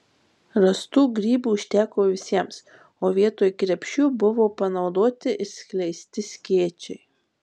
rastų grybų užteko visiems o vietoj krepšių buvo panaudoti išskleisti skėčiai